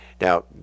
Now